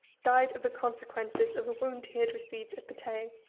died of the consequences of a wound he had received at patay.